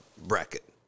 bracket